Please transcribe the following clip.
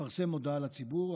לפרסם הודעה לציבור,